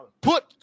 put